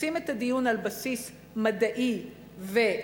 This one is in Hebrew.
לשים את הדיון על בסיס מדעי ואמפירי,